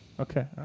Okay